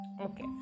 okay